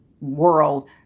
world